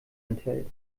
enthält